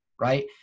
right